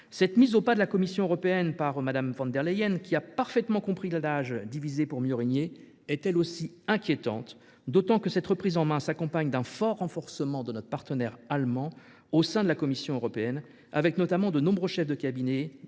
Cette mise au pas de la Commission européenne par Ursula von der Leyen, qui a parfaitement compris l’adage « diviser pour mieux régner », inquiète également, d’autant que cette reprise en main s’accompagne d’un fort renforcement de notre partenaire allemand au sein de la Commission européenne – relevons que de nombreux chefs de cabinet